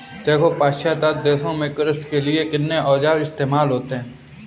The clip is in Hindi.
देखो पाश्चात्य देशों में कृषि के लिए कितने औजार इस्तेमाल होते हैं